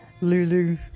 Lulu